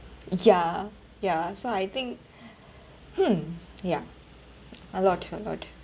ya ya so I think hmm ya a lot a lot